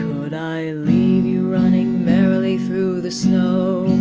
could i leave you running merrily through the snow?